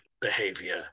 behavior